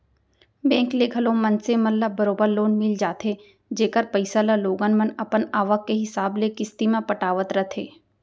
bank ले घलौ मनसे मन ल बरोबर लोन मिल जाथे जेकर पइसा ल लोगन मन अपन आवक के हिसाब ले किस्ती म पटावत रथें